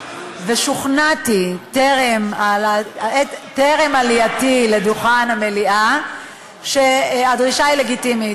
ושוכנעתי טרם עלייתי לדוכן המליאה שהדרישה היא לגיטימית,